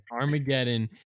Armageddon